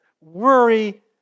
Worry